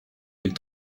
ils